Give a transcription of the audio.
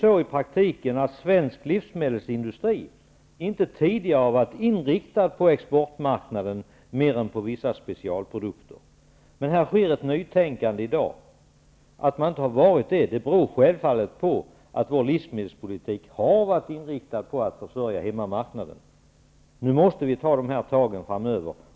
I praktiken har svensk livsmedelsindustri tidigare inte varit inriktad på exportmarknaden, utom när det gäller vissa specialprodukter. Här är det ett nytänkande på gång. Att man tidigare inte har haft den ambitionen beror självfallet på att vår livsmedelspolitik har varit inriktad på hemmamarknaden. Nu måste vi ta nya tag framöver.